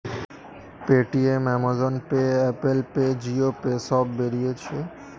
Paytm, Amazon pay, Apple pay, Jio pay সব বেরিয়েছে